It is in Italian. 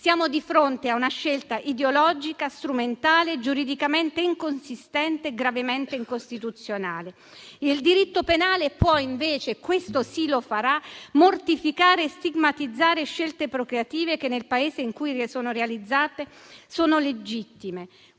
Siamo di fronte a una scelta ideologica, strumentale, giuridicamente inconsistente e gravemente incostituzionale. Il diritto penale può invece - questo sì, lo farà - mortificare e stigmatizzare scelte procreative che nel Paese in cui sono realizzate sono legittime.